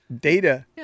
data